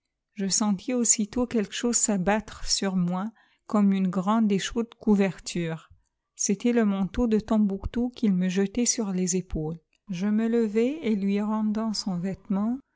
je sentis aussitôt quelque chose s'abattre sur moi comme une grande et chaude couverture c'était le manteau de tombouctou qu'il me jetait sur les épaules je me levai et lui rendant son vêtement